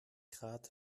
grad